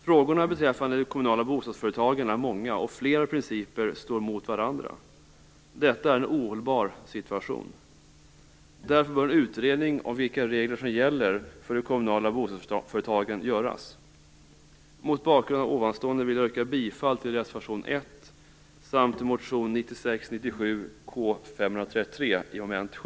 Frågorna beträffande de kommunala bostadsföretagen är många och flera principer står mot varandra. Detta är en ohållbar situation. Därför bör en utredning om vilka regler som gäller för de kommunala bostadsföretagen göras.